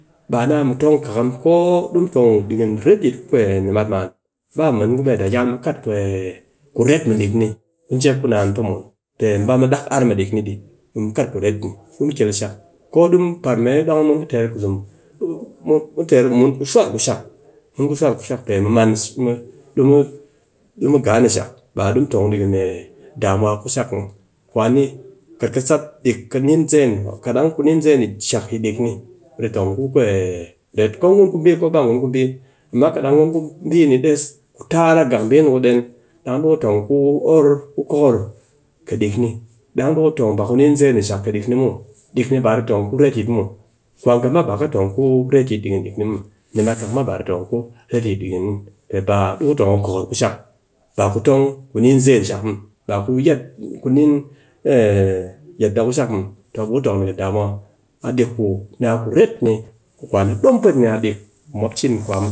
Ba a naa mu tong kakam ko di mu tong a ɗikin retyit ku nimat, yakal mu kat kuret mɨ ɗik ku jep ku naan pee mun, pe mu ba mu dak ar mɨ ɗik ni dɨ. Ɓe mu kat kuret ni, du mu kel shak, ko du mu par me dang du mu ter kuzum, du mu teer ɓe mun ku shuwar ku shak. Mun ku shuwar ku shak pe mu man du gane shak, ba du mu tong a dikin me damuwa ku shak muw, kwani kat kɨ sat, ɗik, kat nin zeen yi shak, ɗik ni di tong ku ret, ko kun ku bii ko ba ngun ku bii. Amma kat dang ngun ku bii ni des. ku tara gak bii ni des. Ku tara gak bii ni ku den dang ku tong ku or, ku kokor kɨ dik ni, dang du tong ku nin zeen yi shak ɗik ni muw, ɗik ni ba di tong a kuret muw, kwa nga ma ba ba kɨ tong ku retyi dikin muw, pe ba, du ku tong a kokor ku shak, ba ku tong ku nin zeen shak muw. Ba ku yaa ku nin yarda ku shak muw. Tong ɓe ku tong a dikin damuwa, a ɗik ku ni a kuret ni ku kwan a dom pwaet, nia ɗik ku mop cin kwa